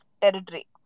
territory